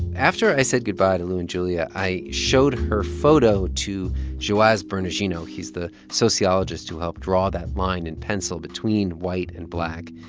after i said goodbye to lu and julia, i showed her photo to joaz bernardino. he's the sociologist who helped draw that line in pencil between white and black.